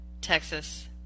Texas